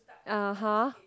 (uh huh)